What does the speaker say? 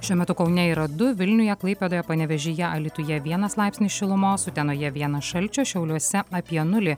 šiuo metu kaune yra du vilniuje klaipėdoje panevėžyje alytuje vienas laipsnis šilumos utenoje vienas šalčio šiauliuose apie nulį